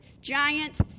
giant